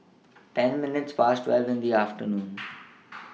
ten minutes Past twelve in The afternoon